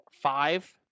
five